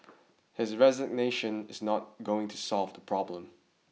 his resignation is not going to solve the problem